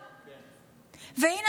והינה,